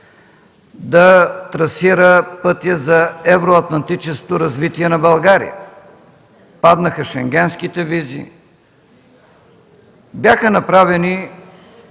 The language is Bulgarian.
да трасира пътя за евроатлантическото развитие на България – паднаха шенгенските визи, бяха направени